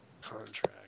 contract